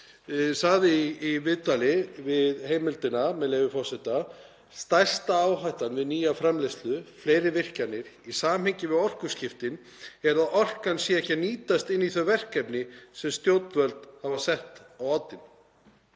sagði í viðtali við Heimildina að stærsta áhættan við nýja framleiðslu, fleiri virkjanir, í samhengi við orkuskiptin, væri að orkan væri ekki að nýtast inn í þau verkefni sem stjórnvöld hefðu sett á oddinn.